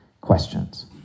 questions